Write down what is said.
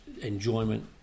enjoyment